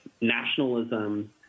nationalism